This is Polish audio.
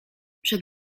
przed